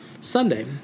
Sunday